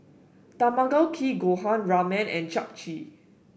Tamago Kake Gohan Ramen and Japchae